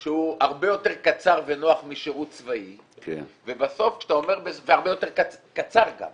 שהוא הרבה יותר קצר ונוח משירות צבאי והרבה יותר קצר גם